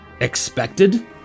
Expected